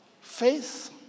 faith